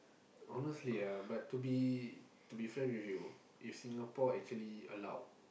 honestly ah but to be to be frank with you if Singapore actually allowed